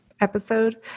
episode